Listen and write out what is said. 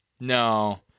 No